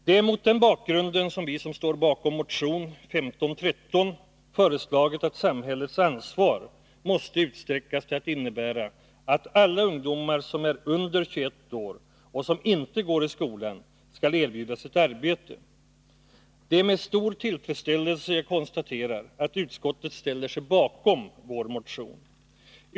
Det är mot den bakgrunden som vi som står bakom motion 1513 har föreslagit att samhällets ansvar skall utsträckas till att innebära att alla ungdomar som är under 21 år och som inte går i skolan skall erbjudas ett arbete. Det är med stor tillfredsställelse som jag konstaterar att utskottet ställer sig bakom vår motion.